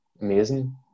amazing